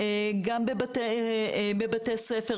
גם בבתי ספר,